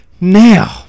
Now